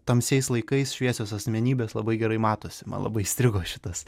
tamsiais laikais šviesios asmenybės labai gerai matosi man labai įstrigo šitas